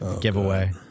giveaway